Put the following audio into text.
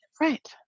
Right